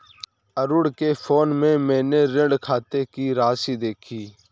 अरुण के फोन में मैने ऋण खाते की राशि देखी